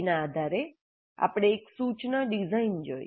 તેના આધારે આપણે એક સૂચના ડિઝાઇન જોઈ